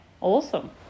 Awesome